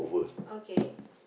okay